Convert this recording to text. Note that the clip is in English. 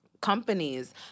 companies